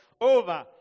over